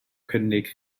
cynnig